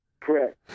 Correct